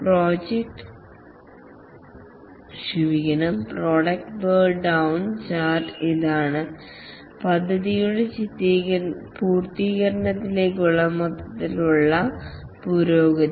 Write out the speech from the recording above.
product burn down chart ഇതാണ് പദ്ധതിയുടെ പൂർത്തീകരണത്തിലേക്കുള്ള മൊത്തത്തിലുള്ള പുരോഗതി